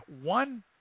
one